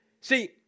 See